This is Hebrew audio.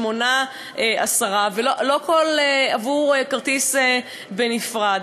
שמונה או עשרה ולא עבור כל כרטיס בנפרד.